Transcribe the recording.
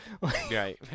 Right